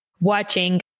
watching